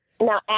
Now